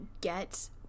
get